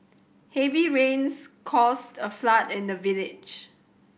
heavy rains caused a flood in the village